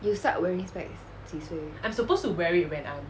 you start wearing specs 几岁